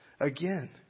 again